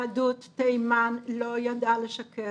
יהדות תימן לא ידעה לשקר,